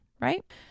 right